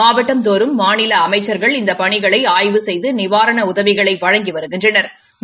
மாவட்டந்தோறும் மாநில அமைச்ச்கள் இந்த பணியினை ஆய்வு செய்து நிவாரண உதவிகளை வழங்கி வருகின்றனா்